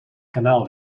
kanaal